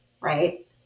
right